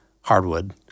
hardwood